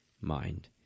mind